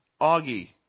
Augie